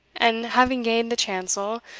and, having gained the chancel,